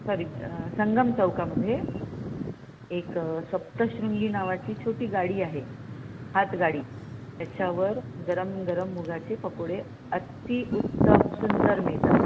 sorry Sangam चौकामधे एक सप्तशृंगी नावाची छोटी गाडी आहे हातगाडी त्याच्यावर गरम गरम मुगाचे पकोडे अतिउत्तम सुंदर मिळतात